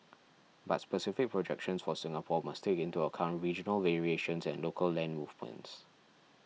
but specific projections for Singapore must take into account regional variations and local land movements